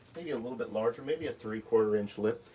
maybe a little bit larger, maybe a three-quarter-inch lip.